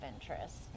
interest